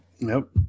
Nope